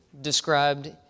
described